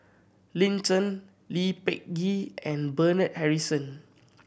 Lin Chen Lee Peh Gee and Bernard Harrison